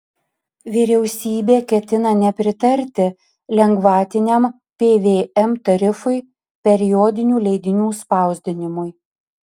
vyriausybė ketina nepritarti lengvatiniam pvm tarifui periodinių leidinių spausdinimui